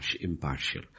impartial